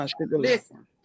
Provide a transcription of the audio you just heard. Listen